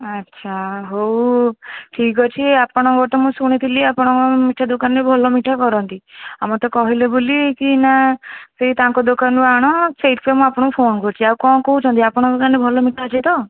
ଆଚ୍ଛା ହଉ ଠିକ୍ ଅଛି ଆପଣଙ୍କର ତ ମୁଁ ଶୁଣିଥିଲି ଆପଣଙ୍କ ମିଠା ଦୋକାନରେ ଭଲ ମିଠା କରନ୍ତି ଆଉ ମୋତେ କହିଲେ ବୋଲିକିନା ସେଇ ତାଙ୍କ ଦୋକାନରୁ ଆଣ ସେଇଥିପାଇଁ ମୁଁ ଆପଣଙ୍କୁ ଫୋନ୍ କରୁଛି ଆଉ କ'ଣ କହୁଛନ୍ତି ଆପଣଙ୍କ ଦୋକାନରେ ଭଲ ମିଠା ଅଛି ତ